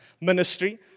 ministry